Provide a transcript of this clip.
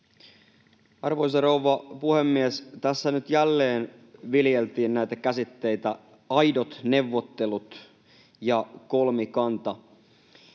Arvoisa rouva puhemies! Tässä nyt jälleen viljeltiin näitä käsitteitä ”aidot neuvottelut” ja ”kolmikanta”.